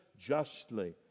justly